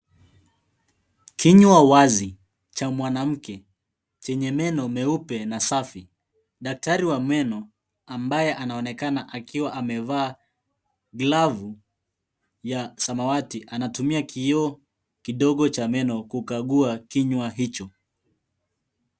Kinywa wazi cha mwanamke chenye meno meupe na safi. Daktari wa meno ambaye anaonekana akiwa amevaa glavu ya samawati, anatumia kioo kidogo cha meno kukagua kinywa hicho.